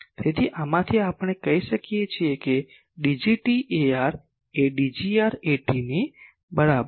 તેથી આમાંથી આપણે કહી શકીએ કે Dgt Ar એ Dgr At ની બરાબર છે